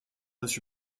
dessus